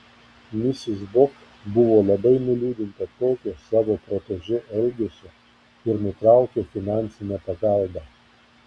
misis bok buvo labai nuliūdinta tokio savo protežė elgesio ir nutraukė finansinę pagalbą